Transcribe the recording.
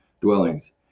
dwellings